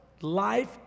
Life